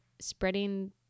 spreading